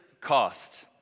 cost